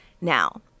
Now